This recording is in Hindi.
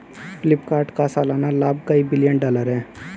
फ्लिपकार्ट का सालाना लाभ कई बिलियन डॉलर है